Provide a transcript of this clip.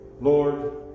Lord